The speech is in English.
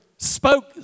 spoke